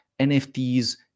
NFTs